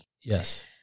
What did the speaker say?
Yes